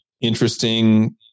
interesting